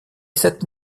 cette